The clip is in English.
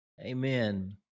Amen